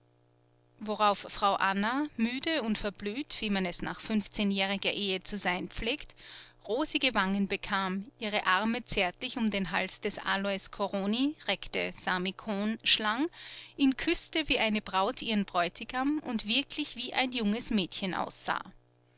worauf frau anna müde und verblüht wie man es nach fünfzehnjähriger ehe zu sein pflegt rosige wangen bekam ihre arme zärtlich um den hals des alois corroni rekte sami cohn schlang ihn küßte wie eine braut ihren bräutigam und wirklich wie ein junges mädchen aussah